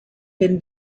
been